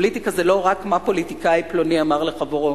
פוליטיקה זה לא רק מה פוליטיקאי פלוני אמר לחברו,